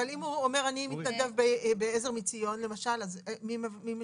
אבל אם הוא אומר שהוא מתנדב בעזר מציון למשל - מי משלם?